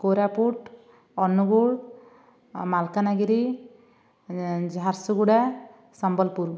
Koraput Angul Malkangiri Jharsuguda Sambalpur